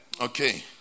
Okay